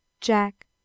jack